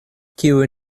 kiuj